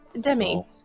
demi